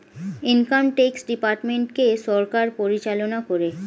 income tax ডিপার্টমেন্টকে সরকার পরিচালনা করে